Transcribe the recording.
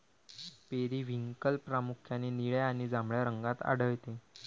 periwinkle प्रामुख्याने निळ्या आणि जांभळ्या रंगात आढळते